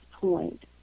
point